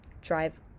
drive